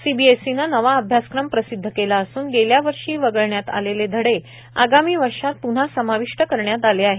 सीबीएसईनं नवा अभ्यासक्रम प्रसिद्ध केला असून गेल्या वर्षी वगळण्यात आलेले धडे आगामी वर्षात प्न्हा समाविष्ट करण्यात आले आहेत